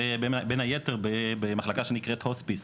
ובין היתר במחלקה שנקראת הוספיס,